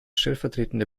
stellvertretende